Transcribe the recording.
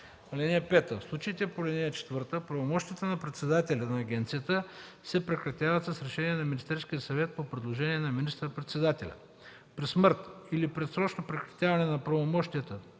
(5) В случаите по ал. 4 правомощията на председателя на агенцията се прекратяват с решение на Министерския съвет по предложение на министър-председателя. (6) При смърт или предсрочно прекратяване на правомощията